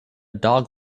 dog